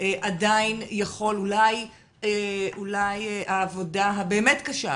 אולי העבודה הבאמת קשה,